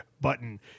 button